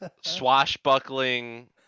Swashbuckling